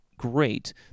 great